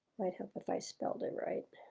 might help if i spelled it right.